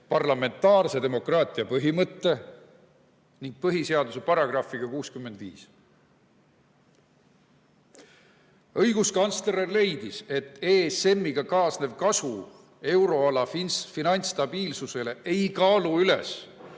parlamentaarse demokraatia põhimõtte ning põhiseaduse §‑ga 65. Õiguskantsler leidis, et ESM‑iga kaasnev kasu euroala finantsstabiilsusele ei kaalu üles